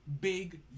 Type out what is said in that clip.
big